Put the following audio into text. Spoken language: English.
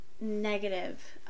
negative